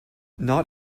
not